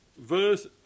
Verse